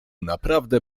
naprawdę